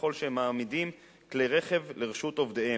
ככל שהם מעמידים רכב לרשות עובדיהם,